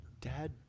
Dad